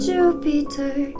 Jupiter